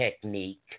technique